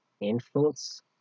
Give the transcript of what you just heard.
influence